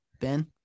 Ben